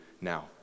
now